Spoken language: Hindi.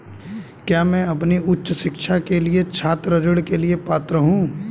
क्या मैं अपनी उच्च शिक्षा के लिए छात्र ऋण के लिए पात्र हूँ?